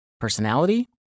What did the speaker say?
Personality